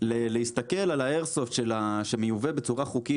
להסתכל על האיירסופט שמיובא בצורה חוקית,